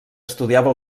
estudiava